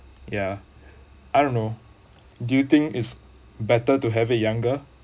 ya I don't know do you think it's better to have a younger